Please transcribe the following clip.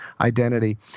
identity